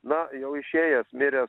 na jau išėjęs miręs